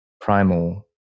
primal